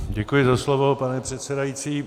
Děkuji za slovo, pane předsedající.